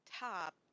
Top